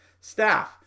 staff